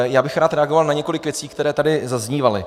Já bych rád reagoval na několik věcí, které tady zaznívaly.